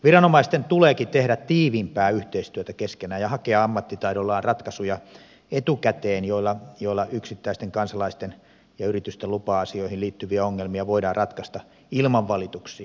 viranomaisten tuleekin tehdä tiiviimpää yhteistyötä keskenään ja hakea ammattitaidollaan etukäteen ratkaisuja joilla yksittäisten kansalaisten ja yritysten lupa asioihin liittyviä ongelmia voidaan ratkaista ilman valituksia